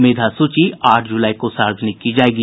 मेधा सूची आठ जुलाई को सार्वजनिक की जायेगी